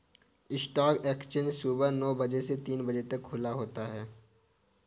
stock exchange सुबह नो बजे से तीन बजे तक खुला होता है